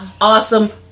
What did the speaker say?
awesome